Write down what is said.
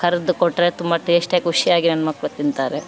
ಕರ್ದು ಕೊಟ್ರೆ ತುಂಬ ಟೇಸ್ಟಿಯಾಗಿ ಖುಷಿಯಾಗಿ ನನ್ನ ಮಕ್ಳು ತಿಂತಾರೆ